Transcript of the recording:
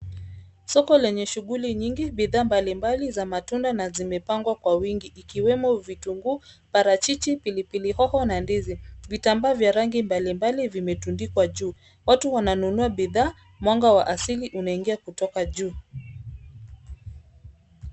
Soko lenye shughuli nyingi. Bidhaa mbalimbali za matunda zimepangwa kwa wingi ikiwemo Vitunguu, parachichi, pilipili hoho na ndizi .Vitambaa vya rangi mbalimbali vimetundikwa juu. Watu wananunua bidhaa, mwanga wa asili unaingia kutoka juu.